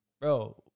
bro